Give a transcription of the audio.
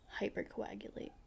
hypercoagulate